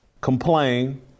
Complain